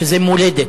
שזה מולדת.